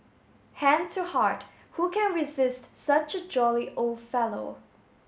hand to heart who can resist such a jolly old fellow